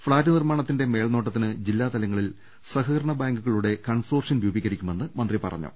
flat നിർമാണത്തിന്റെ മേൽനോട്ടത്തിന് ജില്ലാതലങ്ങളിൽ സഹകരണ ബാങ്കുകളുടെ കൺസോർഷ്യം രൂപീകരി ക്കുമെന്ന് മന്ത്രി പറഞ്ഞു